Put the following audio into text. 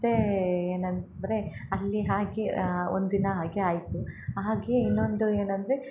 ಮತ್ತು ಏನಂದರೆ ಅಲ್ಲಿ ಹಾಕಿ ಒಂದು ದಿನ ಹಾಗೆ ಆಯಿತು ಹಾಗೆ ಇನ್ನೊಂದು ಏನಂದರೆ